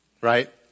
Right